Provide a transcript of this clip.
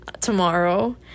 tomorrow